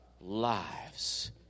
lives